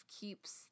keeps